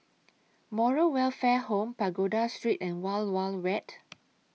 Moral Welfare Home Pagoda Street and Wild Wild Wet